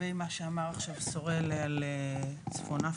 לגבי מה שאמר עכשיו סורל על צפון אפריקה,